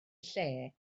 lle